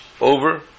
Over